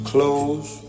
Clothes